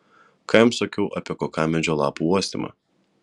ką jums sakiau apie kokamedžio lapų uostymą